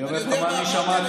אני אומר לך מה אני שמעתי.